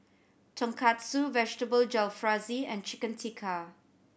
Tonkatsu Vegetable Jalfrezi and Chicken Tikka